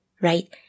right